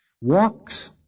walks